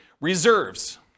reserves